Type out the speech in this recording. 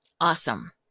Awesome